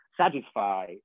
Satisfy